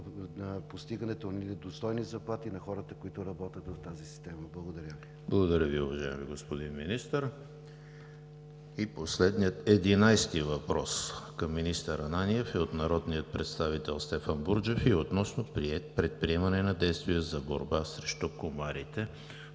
до постигането на достойни заплати за хората, които работят в тази система. Благодаря. ПРЕДСЕДАТЕЛ ЕМИЛ ХРИСТОВ: Благодаря Ви, уважаеми господин Министър. Последният единадесети въпрос към министър Ананиев е от народния представител Стефан Бурджев и е относно предприемане на действия за борба срещу комарите.